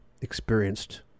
experienced